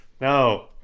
No